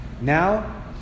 Now